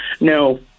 No